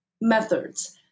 methods